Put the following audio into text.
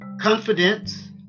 confidence